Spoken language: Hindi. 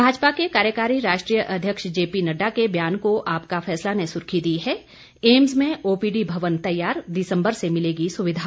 भाजपा के कार्यकारी राष्ट्रीय अध्यक्ष जेपी नड्डा के बयान को आपका फैसला ने सुर्खी दी है एम्स में ओपीडी भवन तैयार दिसंबर से मिलेगी सुविधा